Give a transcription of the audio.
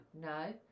No